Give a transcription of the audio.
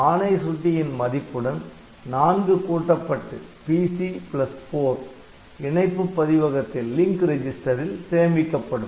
ஆணை சுட்டியின் மதிப்புடன் நான்கு கூட்டப்பட்டு PC4 இணைப்பு பதிவகத்தில் சேமிக்கப்படும்